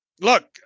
look